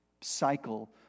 cycle